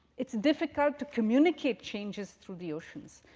it's difficult to communicate changes through the oceans.